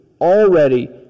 already